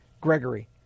Gregory